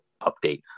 update